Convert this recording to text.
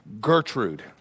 Gertrude